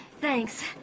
Thanks